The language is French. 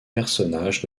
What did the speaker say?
personnages